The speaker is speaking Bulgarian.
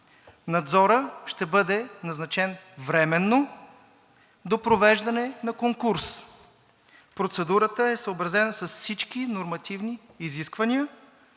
Надзорът ще бъде назначен временно до провеждане на конкурс. Процедурата е съобразена с всички нормативни изисквания